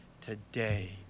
Today